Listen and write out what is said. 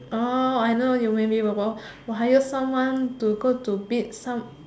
oh I know you maybe hire someone to go to beat some